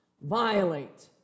violate